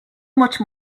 much